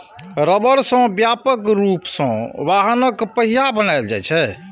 रबड़ सं व्यापक रूप सं वाहनक पहिया बनाएल जाइ छै